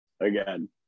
Again